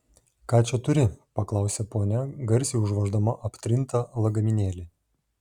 ką čia turi paklausė ponia garsiai užvoždama aptrintą lagaminėlį